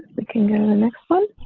we can go to the next one.